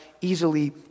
easily